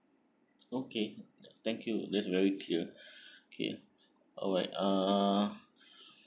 okay thank you that's very clear okay alright uh